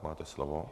Máte slovo.